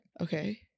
Okay